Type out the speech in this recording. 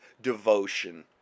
devotion